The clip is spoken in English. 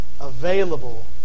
available